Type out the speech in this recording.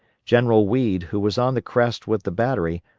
general weed, who was on the crest with the battery,